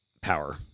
power